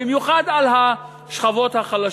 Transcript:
במיוחד על השכבות החלשות,